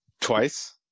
Twice